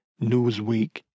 Newsweek